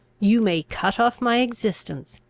you may cut off my existence,